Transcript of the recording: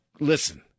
Listen